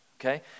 Okay